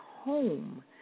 home